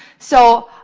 so,